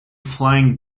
flying